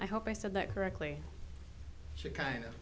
i hope i said that correctly she kind of